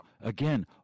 again